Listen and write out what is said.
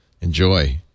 Enjoy